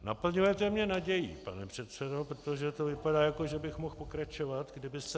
Naplňujete mě nadějí, pane předsedo, protože to vypadá, že bych mohl pokračovat, kdybyste